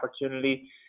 opportunity